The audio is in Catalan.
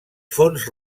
fonts